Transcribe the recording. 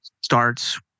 starts